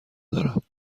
دارم